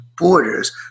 borders